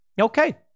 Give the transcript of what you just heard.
Okay